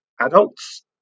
adults